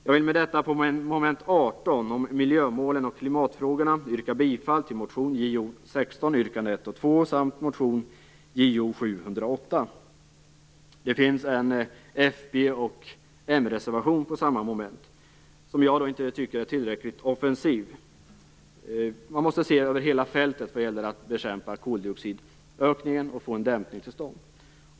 Jag vill under mom. 18 om miljömålen och klimatfrågorna yrka bifall till motion Jo16 yrkandena 1 och 2 samt till motion Jo708. Det finns en fp och mreservation på denna punkt som jag inte tycker är tillräckligt offensiv. Man måste se över hela fältet vad gäller att bekämpa koldioxidökningen och få en dämpning till stånd.